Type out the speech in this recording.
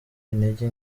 intege